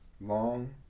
long